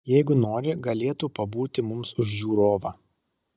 jeigu nori galėtų pabūti mums už žiūrovą